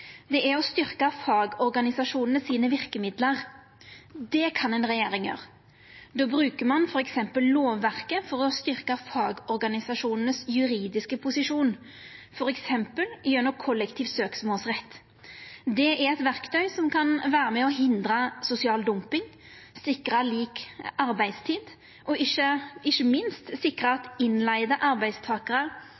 Å styrkja verkemidla til fagorganisasjonane. Det kan ei regjering gjera. Då bruker ein f.eks. lovverket til å styrkja den juridiske posisjonen til fagorganisasjonane, f.eks. gjennom kollektiv søksmålsrett. Det er eit verktøy som kan vera med og hindra sosial dumping, sikra lik arbeidstid og ikkje minst sikra at